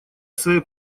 своей